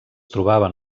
trobaven